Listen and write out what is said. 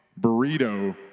burrito